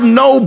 no